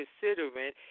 considering